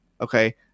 Okay